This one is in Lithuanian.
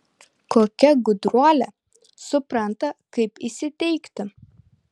kokia gudruolė supranta kaip įsiteikti